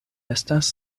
estas